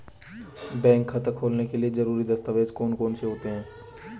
Bank खाता खोलने के लिए ज़रूरी दस्तावेज़ कौन कौनसे हैं?